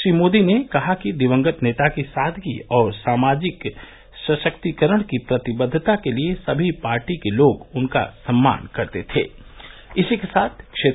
श्री मोदी ने कहा कि दिवंगत नेता की सादगी और सामाजिक शक्तीकरण की प्रतिबद्वता के लिए सभी पार्टी के लोग उनका सम्मान करते थे